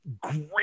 great